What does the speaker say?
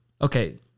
Okay